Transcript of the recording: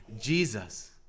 Jesus